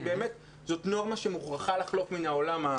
כי באמת זאת נורמה שמוכרחה לחלוף מן העולם.